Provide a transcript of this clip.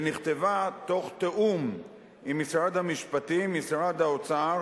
ונכתבה בתיאום עם משרד המשפטים, משרד האוצר